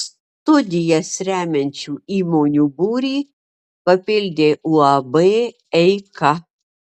studijas remiančių įmonių būrį papildė uab eika